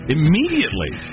Immediately